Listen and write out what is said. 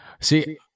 See